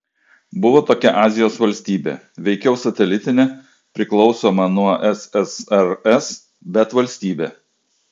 buvo tokia azijos valstybė veikiau satelitinė priklausoma nuo ssrs bet valstybė